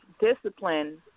discipline